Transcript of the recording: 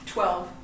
Twelve